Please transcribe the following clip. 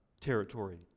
territory